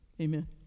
Amen